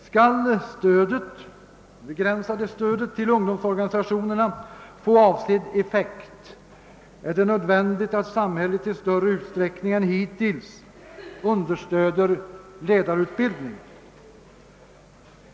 Skall det begränsade stödet till ungdomsorganisationerna få avsedd effekt, är det nödvändigt att samhället i större utsträckning än hittills bidrar till ledarutbildningen.